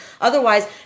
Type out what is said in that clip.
Otherwise